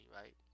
right